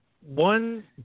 One